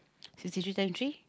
so T three times three